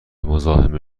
مزاحم